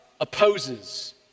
opposes